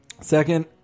Second